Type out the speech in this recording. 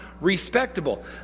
respectable